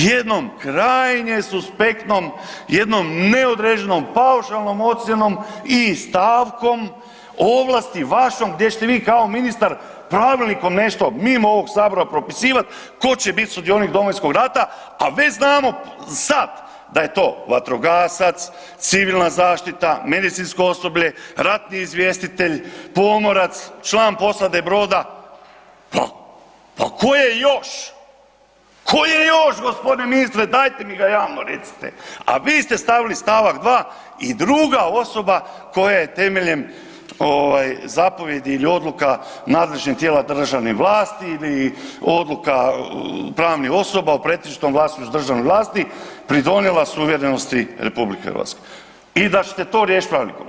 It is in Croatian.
Jednom krajnje suspektnom, jednom neodređenom paušalnom ocjenom i stavkom ovlasti vašom gdje ćete vi kao ministar pravilnikom nešto mimo ovog sabora propisivat tko će bit sudionik Domovinskog rata, a već znamo sad da je to vatrogasac, civilna zaštita, medicinsko osoblje, ratni izvjestitelj, pomorac, član posade broda, pa ko je još, ko je još g. ministre dajte mi ga javno recite, a vi ste stavili st. 2. i druga osoba koja je temeljem ovaj zapovijedi ili odluka nadležnih tijela državne vlasti ili odluka pravnih osoba u pretežitom vlasništvu državne vlasti pridonijela suverenosti RH i da ćete to riješiti pravilnikom.